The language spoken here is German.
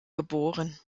geboren